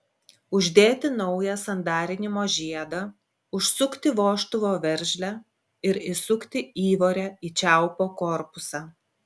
uždėti naują sandarinimo žiedą užsukti vožtuvo veržlę ir įsukti įvorę į čiaupo korpusą